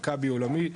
'מכבי עולמי'